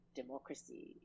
democracy